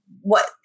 what-